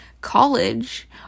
college